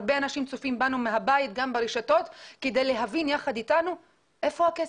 הרבה אנשים צופים בנו מהבית גם ברשתות כדי להבין יחד איתנו איפה הכסף.